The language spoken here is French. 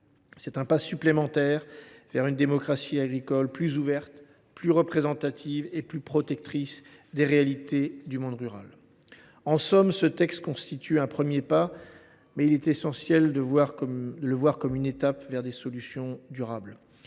C’est un pas supplémentaire vers une démocratie agricole plus ouverte, plus représentative et plus protectrice des réalités du monde rural. En somme, ce texte constitue un premier pas, mais il est essentiel de le voir comme une étape vers des solutions durables.